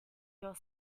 your